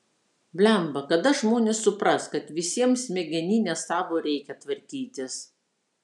blemba kada žmonės supras kad visiems smegenines savo reikia tvarkytis